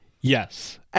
Yes